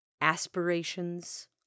aspirations